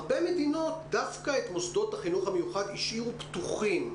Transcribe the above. הרבה מדינות דווקא את מוסדות החינוך המיוחד השאירו פתוחים.